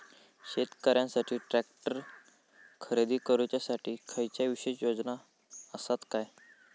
शेतकऱ्यांकसाठी ट्रॅक्टर खरेदी करुच्या साठी खयच्या विशेष योजना असात काय?